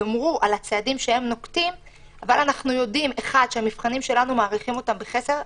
אנחנו יודעים שהמבחנים שלנו מעריכים אותם בחסר,